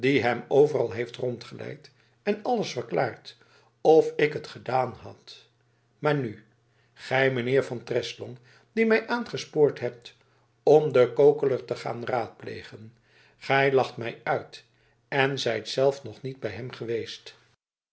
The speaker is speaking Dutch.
overal heeft rondgeleid en alles verklaard of ik het gedaan had maar nu gij mijnheer van treslong die mij aangespoord hebt om den kokeler te gaan raadplegen gij lacht mij uit en zijt zelf nog niet bij hem geweest